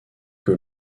que